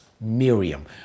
Miriam